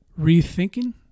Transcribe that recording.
rethinking